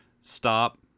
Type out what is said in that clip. stop